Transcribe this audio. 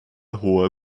hohe